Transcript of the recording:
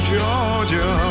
Georgia